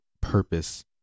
purpose